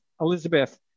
Elizabeth